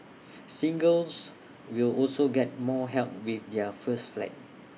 singles will also get more help with their first flat